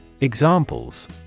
Examples